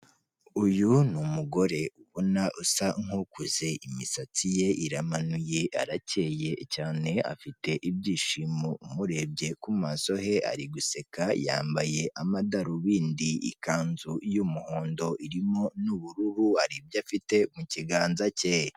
Uyu ni umugore ubona usa nk'ukuze, imisatsi ye iramanuye, arakeye cyane afite ibyishimo amurebye ku maso he ari guseka, yambaye amadarubindi, ikanzu y'umuhondo irimo n'ubururu, hari ibyo afite mu kiganza cye.